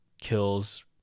kills